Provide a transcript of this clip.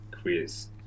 quiz